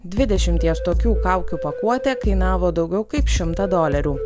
dvidešimties tokių kaukių pakuotė kainavo daugiau kaip šimtą dolerių